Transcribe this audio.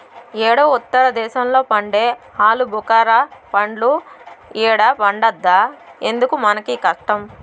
యేడో ఉత్తర దేశంలో పండే ఆలుబుకారా పండ్లు ఈడ పండద్దా ఎందుకు మనకీ కష్టం